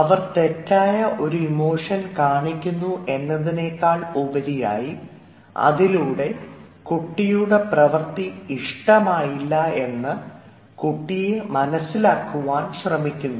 അവർ തെറ്റായ ഒരു ഇമോഷൻ കാണിക്കുന്നു എന്നതിനേക്കാൾ ഉപരിയായി അതിലൂടെ കുട്ടിയുടെ പ്രവർത്തി ഇഷ്ടമായില്ല എന്ന് കുട്ടിയെ മനസ്സിലാക്കുവാൻ ശ്രമിക്കുന്നു